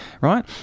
right